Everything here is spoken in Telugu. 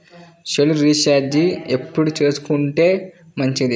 సెల్ రీఛార్జి ఎప్పుడు చేసుకొంటే మంచిది?